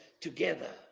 together